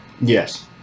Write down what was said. Yes